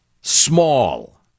small